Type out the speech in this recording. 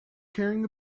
carrying